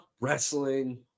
wrestling